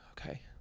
okay